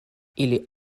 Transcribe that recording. ili